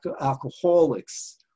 alcoholics